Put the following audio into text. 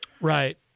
Right